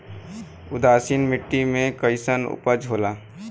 उदासीन मिट्टी में कईसन उपज होला?